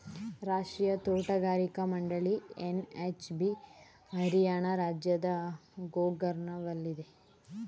ರಾಷ್ಟ್ರೀಯ ತೋಟಗಾರಿಕಾ ಮಂಡಳಿ ಎನ್.ಎಚ್.ಬಿ ಹರಿಯಾಣ ರಾಜ್ಯದ ಗೂರ್ಗಾವ್ನಲ್ಲಿದೆ